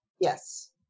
Yes